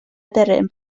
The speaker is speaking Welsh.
aderyn